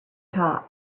top